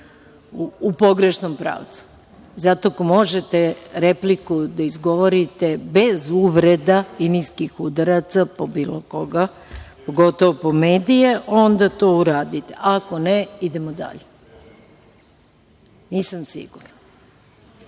u pogrešnom pravcu. Zato, ako možete repliku da izgovorite bez uvreda i niskih udaraca po bilo koga, pogotovo po medije, onda to uradite. Ako ne, idemo dalje.(Boško